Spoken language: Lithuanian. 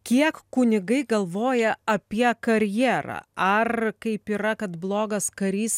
kiek kunigai galvoja apie karjerą ar kaip yra kad blogas karys